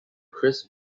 chris